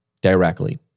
directly